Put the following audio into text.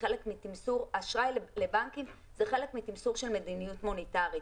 אשראי לבנקים הוא חלק מתמסור של מדיניות מוניטרית.